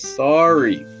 sorry